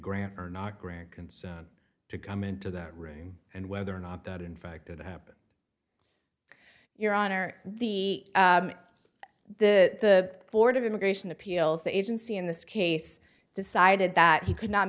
grant or not grant consent to come into that room and whether or not that in fact did happen your honor the the board of immigration appeals the agency in this case decided that he could not